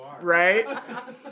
Right